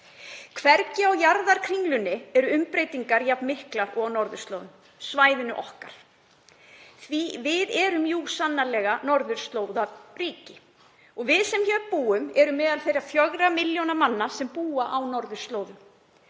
Hvergi á jarðarkringlunni eru umbreytingar jafn miklar og á norðurslóðum, svæðinu okkar, því að við erum jú sannarlega norðurslóðaríki, og við sem hér búum erum meðal þeirra fjögurra milljóna manna sem búa á norðurslóðum.